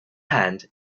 hand